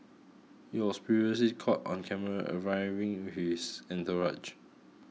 he was previously caught on camera arriving with entourage